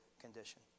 condition